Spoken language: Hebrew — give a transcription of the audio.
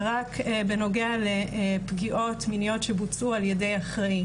אבל רק בנוגע לפגיעות מיניות שבוצעו על ידי אחראי,